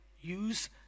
use